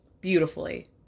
beautifully